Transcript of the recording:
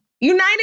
United